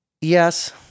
Yes